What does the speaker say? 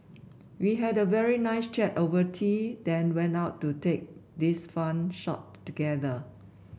we had a very nice chat over tea then went out to take this fun shot together